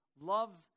Love